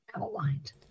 outlined